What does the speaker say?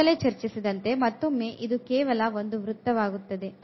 ಈ ಮೊದಲೇ ಚರ್ಚಿಸಿದಂತೆ ಮತ್ತೊಮ್ಮೆ ಇದು ಕೇವಲ ಒಂದು ವೃತ್ತವಾಗುತ್ತದೆ